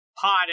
pot